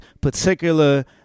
particular